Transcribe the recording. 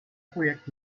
projekt